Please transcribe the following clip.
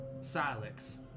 silex